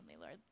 Lord